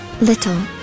little